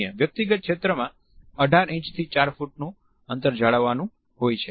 વ્યક્તિગત ક્ષેત્રમાં 18 ઇંચથી 4 ફૂટનું અંતર જાળવવાનું હોય છે